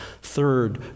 Third